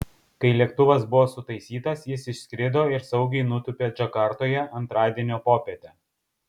kai lėktuvas buvo sutaisytas jis išskrido ir saugiai nutūpė džakartoje antradienio popietę